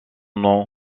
nom